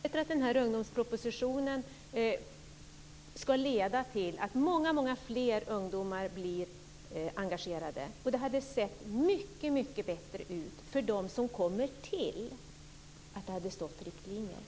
Herr talman! Jag förutsätter att den här ungdomspropositionen ska leda till att många fler ungdomar blir engagerade. Det hade sett mycket bättre ut för dem som kommer till om det hade stått riktlinjer.